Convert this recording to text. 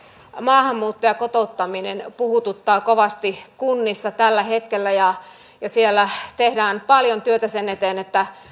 maahanmuutto ja kotouttaminen puhututtavat kovasti kunnissa tällä hetkellä siellä tehdään paljon työtä sen eteen että